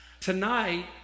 Tonight